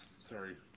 Sorry